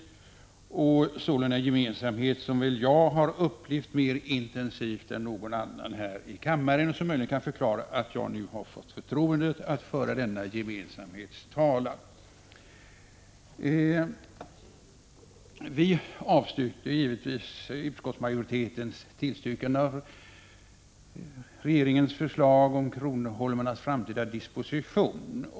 Det är frågor om en gemensamhet som jag väl har upplevt mer intensivt än någon annan här i kammaren, vilket möjligen kan förklara att jag nu har fått förtroendet att föra denna gemensamhets talan. Vi avstyrkte givetvis utskottsmajoritetens tillstyrkan av regeringens förslag beträffande kronoholmarnas framtida disposition.